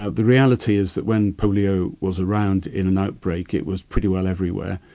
ah the reality is that when polio was around in and outbreak it was pretty well everywhere.